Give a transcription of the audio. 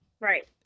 Right